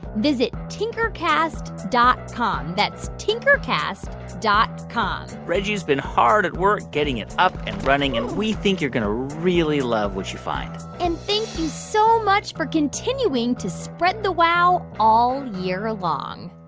visit tinkercast dot com. that's tinkercast dot com reggie's been hard at work getting it up and running and we think you're going to really love what you find and thank you so much for continuing to spread the wow all year long